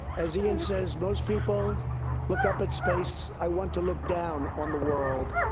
as iain says, most people look up at space. i want to look down on the world.